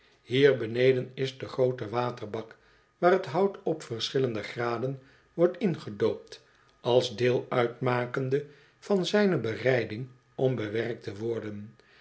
hier beneden is de groote waterbak waar t hout op verschillende graden wordt ingedoopt als deel uitmakende van zijne bereiding om bewerkt te worden